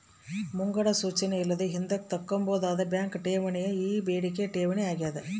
ಮುಂಗಡ ಸೂಚನೆ ಇಲ್ಲದೆ ಹಿಂದುಕ್ ತಕ್ಕಂಬೋದಾದ ಬ್ಯಾಂಕ್ ಠೇವಣಿಯೇ ಈ ಬೇಡಿಕೆ ಠೇವಣಿ ಆಗ್ಯಾದ